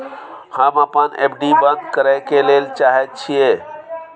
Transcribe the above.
हम अपन एफ.डी बंद करय ले चाहय छियै